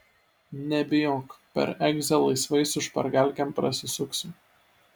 nebijok per egzą laisvai su špargalkėm prasisuksim